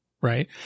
right